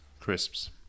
Crisps